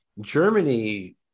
Germany